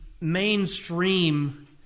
mainstream